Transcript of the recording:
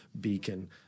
beacon